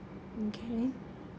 okay